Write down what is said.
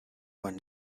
when